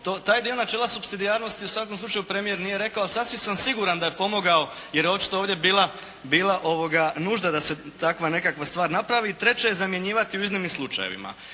taj dio načela subsidijarnosti u svakom slučaju premijer nije rekao a sasvim sam siguran da je pomogao jer je očito ovdje bila nužda da se takva nekakva stvar napravi. I treće je zamjenjivati u iznimnim slučajevima.